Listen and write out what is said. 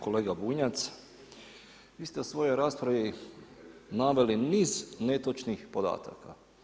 Kolega Bunjac, vi ste u svojoj raspravi naveli niz netočnih podataka.